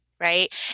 Right